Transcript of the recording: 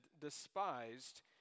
despised